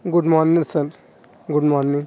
good morning sir good morning